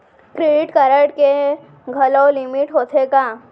Credit card के घलव limit होथे का?